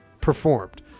performed